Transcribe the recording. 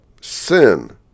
Sin